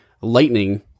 lightning